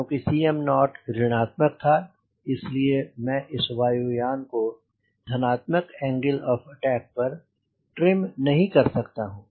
क्योंकि Cm0 ऋणात्मक था इसलिए मैं इस वायुयान को धनात्मक एंगल ऑफ़ अटैक पर ट्रिम नहीं कर सकता हूं